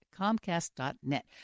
Comcast.net